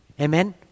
Amen